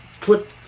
put